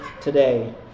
today